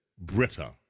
Britta